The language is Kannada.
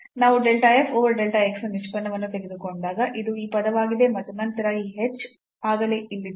ನಾವು del f over del x ನ ನಿಷ್ಪನ್ನವನ್ನು ತೆಗೆದುಕೊಂಡಾಗ ಇದು ಈ ಪದವಾಗಿದೆ ಮತ್ತು ನಂತರ ಈ h ಆಗಲೇ ಇಲ್ಲಿತ್ತು